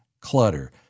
clutter